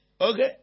Okay